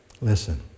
Listen